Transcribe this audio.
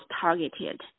targeted